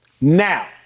Now